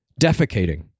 defecating